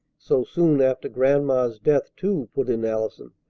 so soon after grandma's death, too, put in allison.